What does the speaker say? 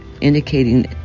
indicating